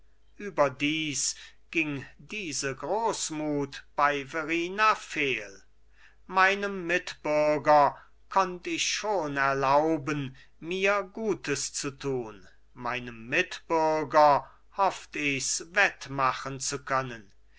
überdies ging diese großmut bei verrina fehl meinem mitbürger konnt ich schon erlauben mir gutes zu tun meinem mitbürger hofft ichs wettmachen zu können